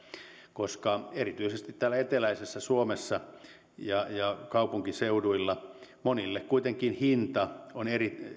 koska erityisesti täällä eteläisessä suomessa ja ja kaupunkiseuduilla monille kuitenkin hinta on